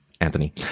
Anthony